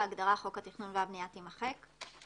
ההגדרה "חוק התכנון והבניה" תימחק.